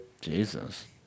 Jesus